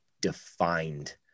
defined